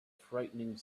frightening